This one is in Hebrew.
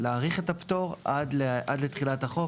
נאריך את הפטור עד לתחילת החוק,